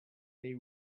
they